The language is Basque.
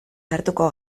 sartuko